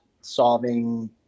solving